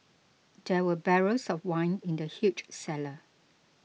there were barrels of wine in the huge cellar